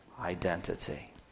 identity